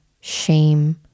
shame